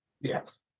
Yes